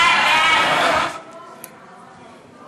העוזר שלו, המתאם שלו